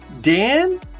Dan